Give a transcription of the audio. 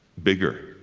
bigger.